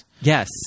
Yes